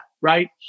right